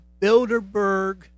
Bilderberg